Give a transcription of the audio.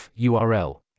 url